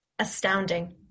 Astounding